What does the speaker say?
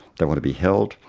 they want to be held,